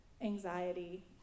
anxiety